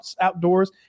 outdoors